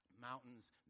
Mountains